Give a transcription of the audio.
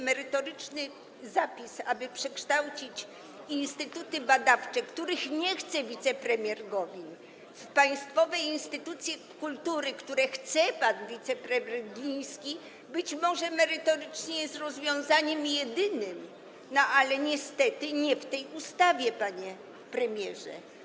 Merytorycznie zapis, aby przekształcić instytuty badawcze, których nie chce wicepremier Gowin, w państwowe instytucje kultury, które chce pan wicepremier Gliński, być jest rozwiązaniem jedynym, ale niestety nie w tej ustawie, panie premierze.